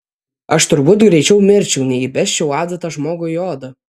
aš turbūt greičiau mirčiau nei įbesčiau adatą žmogui į odą